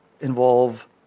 involve